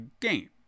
game